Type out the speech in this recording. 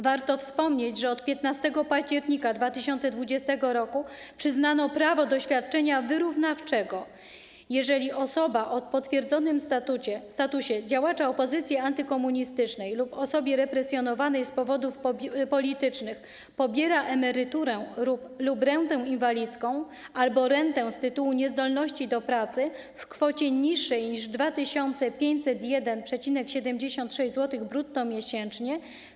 Warto wspomnieć, że od 15 października 2020 r. przyznano prawo do świadczenia wyrównawczego, jeżeli osoba o potwierdzonym statusie działacza opozycji antykomunistycznej lub osoby represjonowanej z powodów politycznych pobiera emeryturę lub rentę inwalidzką albo rentę z tytułu niezdolności do pracy w kwocie niższej niż 2 501,76 zł brutto miesięcznie.